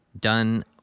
done